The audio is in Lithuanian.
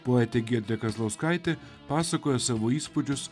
poetė giedrė kazlauskaitė pasakoja savo įspūdžius